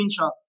screenshots